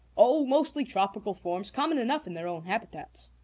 oh, mostly tropical forms, common enough in their own habitats.